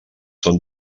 són